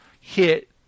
hit